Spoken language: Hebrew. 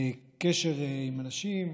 קשר עם אנשים,